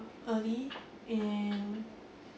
early in